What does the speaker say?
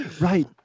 right